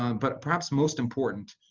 um but perhaps most important,